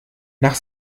nach